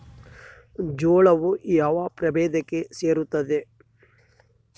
ಜೋಳವು ಯಾವ ಪ್ರಭೇದಕ್ಕೆ ಸೇರುತ್ತದೆ?